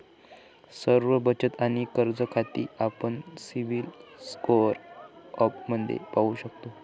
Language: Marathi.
सर्व बचत आणि कर्ज खाती आपण सिबिल स्कोअर ॲपमध्ये पाहू शकतो